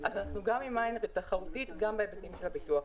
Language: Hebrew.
אז אנחנו עם עין תחרותית גם בהיבטים של הביטוח.